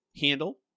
handle